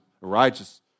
righteous